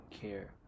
care